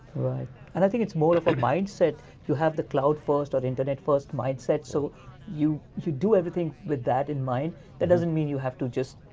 and i think it's more of a mindset. you have the cloud first or the internet-first mindset. mindset. so you you do everything with that in mind that doesn't mean you have to just